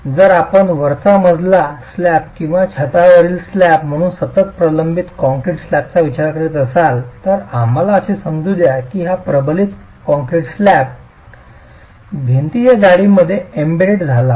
जर आपण मजला स्लॅब किंवा छतावरील स्लॅब म्हणून सतत प्रबलित कंक्रीट स्लॅबचा विचार करीत असाल तर आम्हाला असे समजू द्या की हा प्रबलित कंक्रीट स्लॅब भिंतीच्या जाडीमध्ये एम्बेड झाला आहे